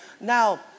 Now